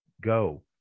Go